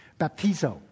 Baptizo